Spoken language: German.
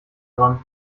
dran